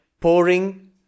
pouring